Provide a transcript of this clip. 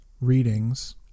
readings